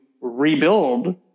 rebuild